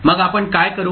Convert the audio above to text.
मग आपण काय करू